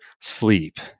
sleep